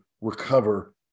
recover